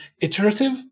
iterative